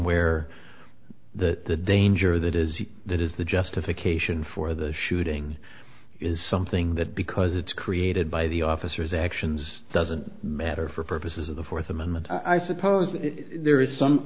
where the danger that is that is the justification for the shooting is something that because it's created by the officer's actions doesn't matter for purposes of the fourth amendment i suppose there is some